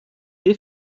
des